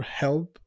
help